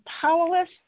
powerless